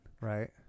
Right